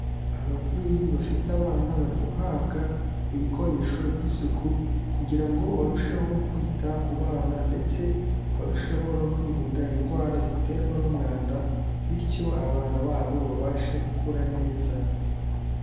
Ababyeyi bafite abana bari guhabwa ibikoresho by'isuku kugira ngo barusheho kwita ku bana ndetse barusheho no kwirinda indwara ziterwa n'umwanda bityo abana babo babashe gukura neza.